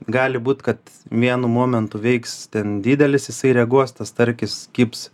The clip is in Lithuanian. gali būt kad vienu momentu veiks ten didelis jisai reaguos tas starkis kibs